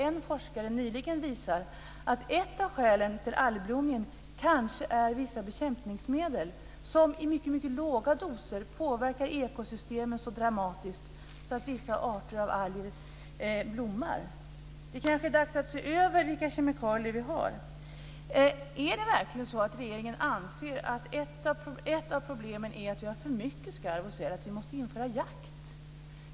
En forskare visade nyligen att ett av skälen till algblomningen kanske är vissa bekämpningsmedel som i mycket låga doser påverkar ekosystemet så dramatiskt att vissa arter av alg blommar. Det kanske är dags att se över vilka kemikalier vi har. Är det verkligen så att regeringen anser att ett av problemen är att vi har för mycket skarv och säl och att vi måste införa jakt?